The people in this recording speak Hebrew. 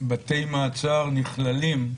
בתי מעצר נכללים,